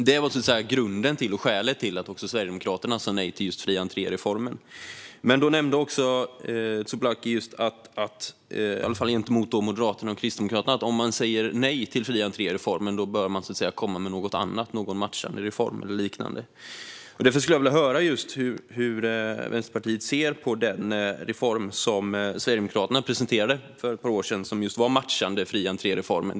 Detta var grunden och skälet till att också Sverigedemokraterna sa nej till just fri-entré-reformen. Men Tsouplaki nämnde, i alla fall gentemot Moderaterna och Kristdemokraterna, att om man säger nej till fri-entré-reformen bör man komma med något annat, någon matchande reform eller liknande. Därför skulle jag vilja höra hur Vänsterpartiet ser på den reform som Sverigedemokraterna presenterade för ett par år sedan som just matchade fri-entré-reformen.